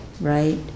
right